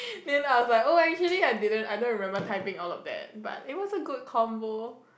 then I was like oh actually I didn't I don't remember typing all of that but it was a good comfortable